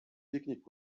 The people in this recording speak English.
picnic